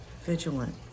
vigilant